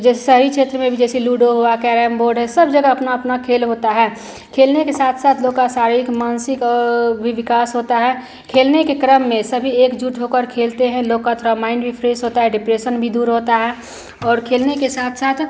जैसे शहरी क्षेत्र में भी जैसे लूडो हुआ कैरम बोर्ड है सब जगह अपना खेल होता है खेलने के साथ साथ लोग का शारीरिक मानसिक और भी विकास होता है खेलने के क्रम में सभी एकजुट होकर खेलते हैं लोग का थोड़ा माइन्ड रीफ़्रेस होता है डिप्रेसन भी दूर होता है और खेलने के साथ साथ